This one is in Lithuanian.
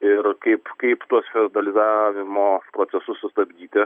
ir kaip kaip tuos dalyvavimo procesus sustabdyti